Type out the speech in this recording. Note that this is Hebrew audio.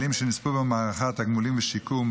חוק משפחות חיילים שנספו במערכה (תגמולים ושיקום),